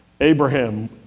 Abraham